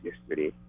yesterday